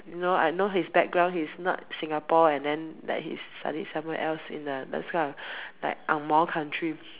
you know I know his background he's not Singapore and then like he studied somewhere else in uh those kind of like angmoh country